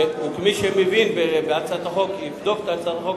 כמי שמבין בהצעת החוק ויבדוק את הצעת החוק.